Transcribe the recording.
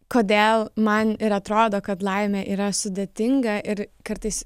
kodėl man ir atrodo kad laimė yra sudėtinga ir kartais